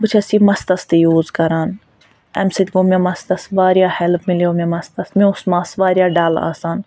بہٕ چھَس یہِ مَستَس تہِ یوٗز کَران اَمہِ سۭتۍ گوٚو مےٚ مَستَس واریاہ ہیٚلپ مِلیٚو مےٚ مَستَس مےٚ اوس مس واریاہ ڈل آسان